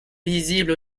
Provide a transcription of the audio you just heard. visible